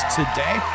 today